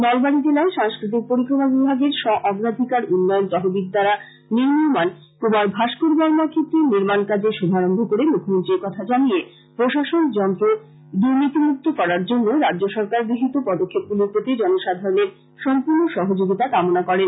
নলবাড়ী জেলায় সাংস্কৃতিক পরিক্রমা বিভাগের স্ব অগ্রাধীকার উন্নয়ন তহবিল দ্বারা নির্মিয়মান কৃমার ভাস্কর বর্মা ক্ষেত্রের নির্মান কাজের শুভারম্ভ করে মৃখ্যমন্ত্রী একথা জানিয়ে প্রশাসন যন্ত্র দূর্নীতিমুক্ত করার জন্য রাজ্যসরকার গৃহীত পদক্ষেপগুলির প্রতি জনসাধারণের সম্পূর্ন সহযোগীতা কামনা করেন